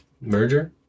Merger